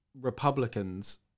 Republicans